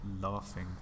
laughing